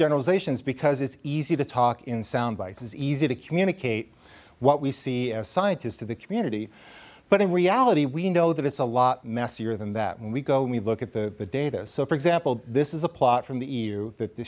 generalizations because it's easy to talk in sound bites is easy to communicate what we see as scientists to the community but in reality we know that it's a lot messier than that and we go and we look at the data so for example this is a plot from the e u th